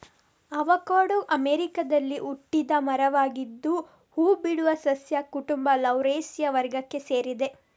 avocado ಅಮೆರಿಕಾದಲ್ಲಿ ಹುಟ್ಟಿದ ಮರವಾಗಿದ್ದು ಹೂ ಬಿಡುವ ಸಸ್ಯ ಕುಟುಂಬ ಲೌರೇಸಿಯ ವರ್ಗಕ್ಕೆ ಸೇರಿದೆ